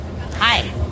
Hi